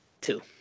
two